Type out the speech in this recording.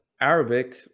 arabic